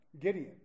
Gideon